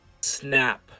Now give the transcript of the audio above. snap